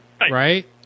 right